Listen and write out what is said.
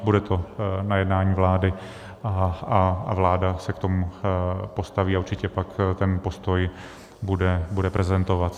Bude to na jednání vlády a vláda se k tomu postaví a určitě pak ten postoj bude prezentovat.